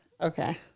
Okay